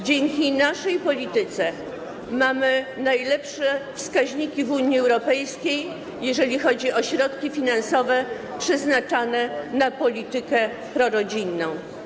Dzięki naszej polityce mamy najlepsze wskaźniki w Unii Europejskiej, jeżeli chodzi o środki finansowe przeznaczane na politykę prorodzinną.